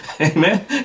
Amen